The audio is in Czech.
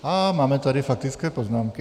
Á, máme tady faktické poznámky.